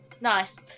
Nice